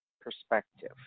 perspective